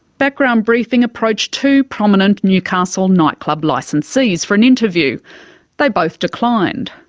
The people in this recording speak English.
background briefing approached two prominent newcastle nightclub licensees for an interview they both declined,